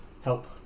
help